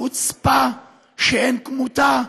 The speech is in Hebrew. חוצפה שאין כמותה,